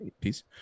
peace